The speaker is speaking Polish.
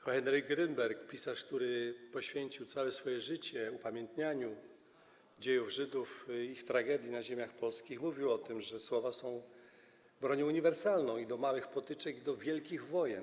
Henri Grynberg, pisarz, który poświęcił całe swoje życie upamiętnianiu dziejów Żydów i ich tragedii na ziemiach polskich, mówił o tym, że słowa są bronią uniwersalną, i do małych potyczek, i do wielkich wojen.